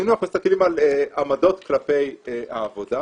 אם אנחנו מסתכלים על עמדות כלפי העבודה,